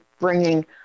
bringing